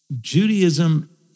Judaism